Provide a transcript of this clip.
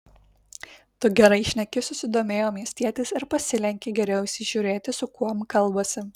tu gerai šneki susidomėjo miestietis ir pasilenkė geriau įsižiūrėti su kuom kalbasi